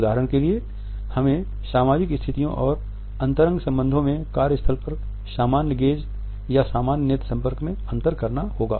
उदाहरण के लिए हमें सामाजिक स्थितियों और अंतरंग संबंधों में कार्य स्थल पर सामान्य गेज़ या सामान्य नेत्र संपर्क में अंतर करना होगा